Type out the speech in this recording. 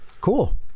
Cool